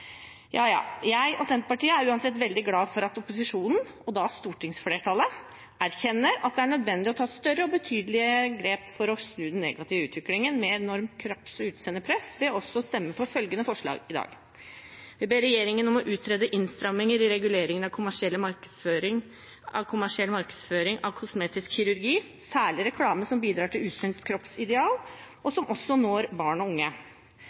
Senterpartiet og jeg er uansett veldig glad for at opposisjonen – og da stortingsflertallet – erkjenner at det er nødvendig å ta større og betydelige grep for å snu den negative utviklingen med enormt kropps- og utseendepress ved også å stemme for følgende forslag i dag: «Stortinget ber regjeringen utrede innstramming i reguleringen av kommersiell markedsføring av kosmetisk kirurgi, særlig reklame som bidrar til usunt kroppsideal og som også når barn og unge.»